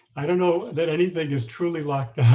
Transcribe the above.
i don't know that anything is truly locked down,